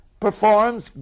performs